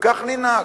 וכך ננהג.